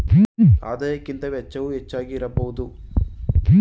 ಆದಾಯಕ್ಕಿಂತ ವೆಚ್ಚವು ಹೆಚ್ಚಾಗಿ ಇರಬಾರದು